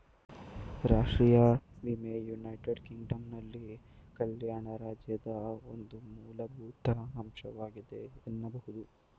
ರಾಷ್ಟ್ರೀಯ ವಿಮೆ ಯುನೈಟೆಡ್ ಕಿಂಗ್ಡಮ್ನಲ್ಲಿ ಕಲ್ಯಾಣ ರಾಜ್ಯದ ಒಂದು ಮೂಲಭೂತ ಅಂಶವಾಗಿದೆ ಎನ್ನಬಹುದು